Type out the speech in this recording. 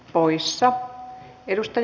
suomalaista koulutusta